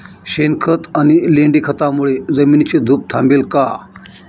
शेणखत आणि लेंडी खतांमुळे जमिनीची धूप थांबेल का?